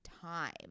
time